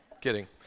Kidding